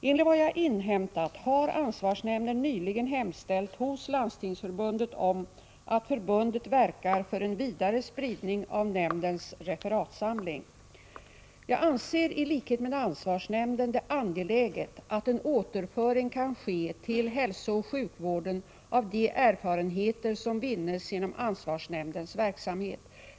Enligt vad jag har inhämtat har ansvarsnämnden nyligen hemställt hos Landstingsförbundet om att förbundet verkar för en vidare spridning av nämndens referatsamling. Jag anser i likhet med ansvarsnämnden det angeläget att en återföring kan ske till hälsooch sjukvården av de erfarenheter som vinnes genom ansvarsnämndens verksamhet.